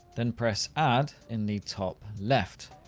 then press add in the top left.